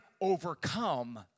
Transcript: overcome